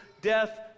death